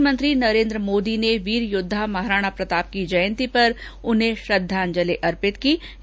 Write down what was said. प्रधानमंत्री नरेन्द्र मोदी ने वीर योद्वा महाराणा प्रताप की जयंती पर उन्हें श्रद्वांजलि अर्पित की है